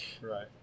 right